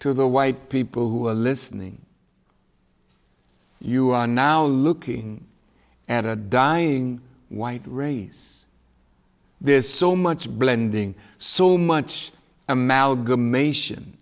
to the white people who are listening you are now looking at a dying white race this so much blending so much amalgamation